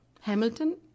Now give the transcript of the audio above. Hamilton